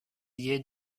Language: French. liée